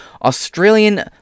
Australian